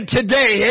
Today